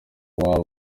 waba